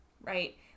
Right